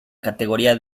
categoría